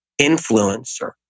influencer